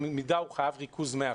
בלמידה הילד חייב ריכוז מלא.